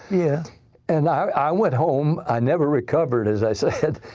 yeah and i i went home i never recovered, as i said,